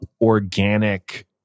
organic